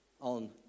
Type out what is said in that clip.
on